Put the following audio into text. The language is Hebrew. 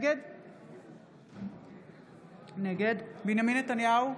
נגד בנימין נתניהו,